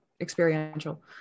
experiential